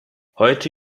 heute